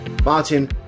Martin